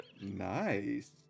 Nice